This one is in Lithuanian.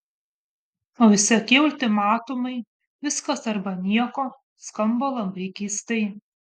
o visokie ultimatumai viskas arba nieko skamba labai keistai